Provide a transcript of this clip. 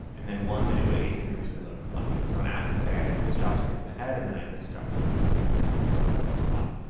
and then one that it would asynchronously load in the body. so an app could say, i have this javascript for the head and then i have this javascript css for the for the body.